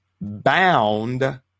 bound